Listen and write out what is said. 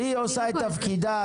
היא עושה את תפקידה.